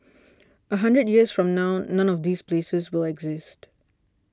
a hundred years from now none of these places will exist